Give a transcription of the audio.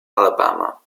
alabama